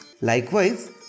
Likewise